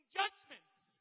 judgments